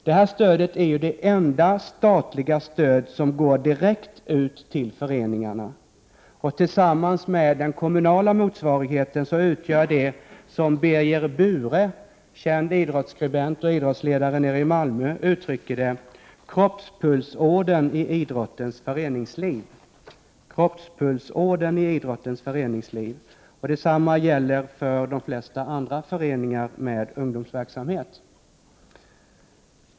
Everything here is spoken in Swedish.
Detta stöd är ju det enda statliga stöd som går direkt ut till föreningarna, och tillsammans med den kommunala motsvarigheten utgör det, som Birger Buhre — känd idrottsskribent och idrottsledare nere i Malmö — uttrycker det, ”kroppspulsådern” i idrottens föreningsliv. Detsamma gäller för de flesta föreningar med ungdomsverksamhet.